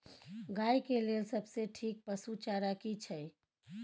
गाय के लेल सबसे ठीक पसु चारा की छै?